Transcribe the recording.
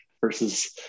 versus